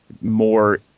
more